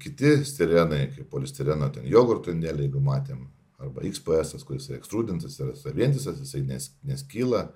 kiti stirenai kaip polistireno jogurtų indeliai jeigu matėm arba iks p esas kuris yra ekstrudintas jisai vientisas jisai neskyla